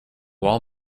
wall